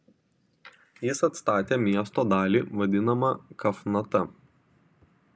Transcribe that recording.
jis atstatė miesto dalį vadinamą kafnata